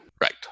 Right